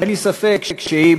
אין לי ספק שאם